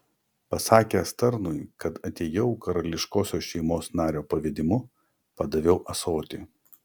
pasakęs tarnui kad atėjau karališkosios šeimos nario pavedimu padaviau ąsotį